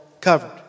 covered